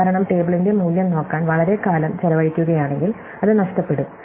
കാരണം ടേബിളിന്റെ മൂല്യം നോക്കാൻ വളരെക്കാലം ചെലവഴിക്കുകയാണെങ്കിൽ അത് നഷ്ടപ്പെടും